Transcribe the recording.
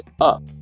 up